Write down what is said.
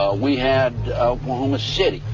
we had oklahoma city,